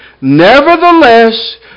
Nevertheless